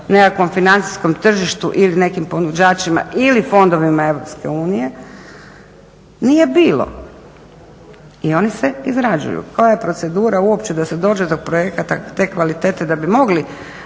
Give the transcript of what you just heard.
nekakvom financijskom tržištu ili nekim ponuđačima ili fondovima Europske unije nije bilo i oni se izrađuju. Koja je procedura uopće da se dođe do projekata te kvalitete da bi mogli